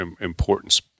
importance